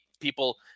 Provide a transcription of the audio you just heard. people